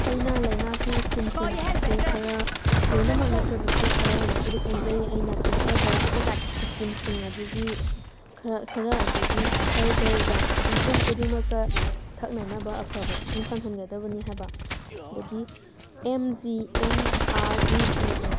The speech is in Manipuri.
ꯑꯩꯅ ꯂꯩꯉꯥꯛꯀꯤ ꯏꯁꯀꯤꯝꯁꯤꯡ ꯑꯁꯦ ꯈꯔ ꯂꯣꯏꯅꯃꯛ ꯅꯠꯇ꯭ꯔꯁꯨ ꯈꯔ ꯃꯈꯩꯗꯤ ꯈꯪꯖꯩ ꯑꯩꯅ ꯈꯪꯖꯕ ꯏꯁꯀꯤꯝꯁꯤꯡ ꯑꯗꯨꯒꯤ ꯈꯔ ꯈꯔ ꯑꯗꯨꯗꯤ ꯍꯔ ꯘꯔ ꯖꯥꯟ ꯌꯨꯝꯊꯣꯡ ꯈꯨꯗꯤꯡꯃꯛꯇ ꯊꯛꯅꯅꯕ ꯑꯐꯕ ꯏꯁꯤꯡ ꯐꯪꯍꯟꯒꯗꯕꯅꯤ ꯍꯥꯏꯕ ꯑꯗꯒꯤ M G N R E G ꯑꯦ